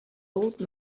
old